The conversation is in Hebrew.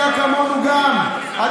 את אישה דתייה, כמונו, גם.